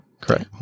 correct